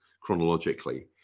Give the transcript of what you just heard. chronologically